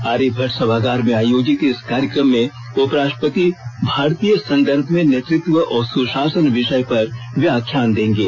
आर्यभट्ट सभागार में आयोजित इस कार्यक्रम में उपराष्ट्रपति भारतीय संदर्भ में नेतृत्व और सुषासन विषय पर व्याख्यान देंगे